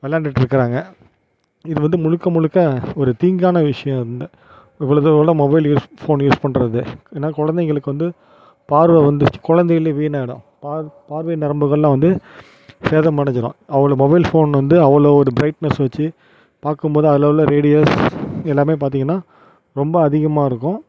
விளாண்டுட்ருக்கறாங்க இது வந்து முழுக்க முழுக்க ஒரு தீங்கான விஷயோம் இந்த எவ்வளோது எவ்வளோ மொபைல் யூஸ் ஃபோன் யூஸ் பண்ணுறது ஏனால் குழந்தைங்களுக்கு வந்து பார்வை வந்துக் குழந்தைலே வீணாயிடும் பா பார்வை நரம்புகள்லாம் வந்து சேதமடஞ்சிடும் அவ்வளோ மொபைல் ஃபோன் வந்து அவ்வளோ இது ஒரு ப்ரைட்னஸ் வெச்சு பார்க்கும்போது அதில் உள்ள ரேடியஸ் எல்லாமே பார்த்திங்கனா ரொம்ப அதிகமாக இருக்கும்